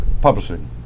Publishing